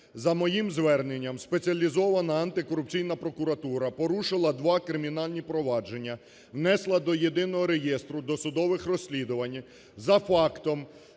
За моїм зверненням Спеціалізована антикорупційна прокуратура порушила два кримінальні провадження, внесла до Єдиного реєстру досудових розслідувань за фактом